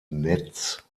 netz